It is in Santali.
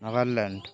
ᱟᱫᱟᱨᱞᱮᱱᱰ